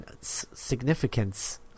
significance